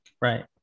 Right